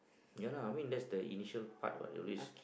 ya lah I mean that's the initial part what at least